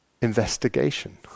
investigation